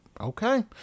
Okay